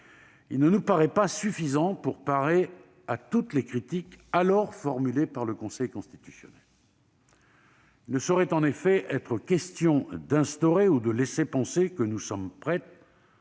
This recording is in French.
il ne nous paraît pas suffisant pour parer à toutes les critiques alors formulées par le Conseil constitutionnel. Il ne saurait en effet être question d'instaurer ou de laisser penser que nous sommes prêts